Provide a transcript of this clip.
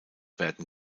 werden